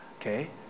okay